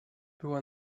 była